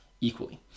equally